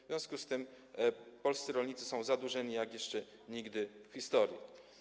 W związku z tym polscy rolnicy są zadłużeni jak jeszcze nigdy w historii.